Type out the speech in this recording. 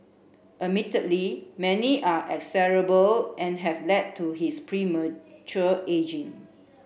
admittedly many are execrable and have led to his premature ageing